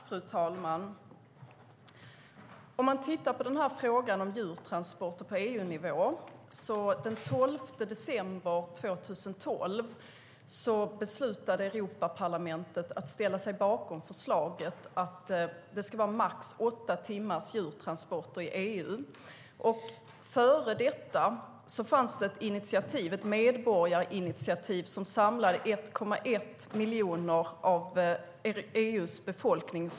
Fru talman! När det gäller frågan om djurtransporter på EU-nivå beslutade Europaparlamentet den 12 december 2012 att ställa sig bakom förslaget att det ska vara max åtta timmar långa djurtransporter i EU. Innan detta skedde fanns det ett medborgarinitiativ som samlade 1,1 miljoner röster från EU:s befolkning.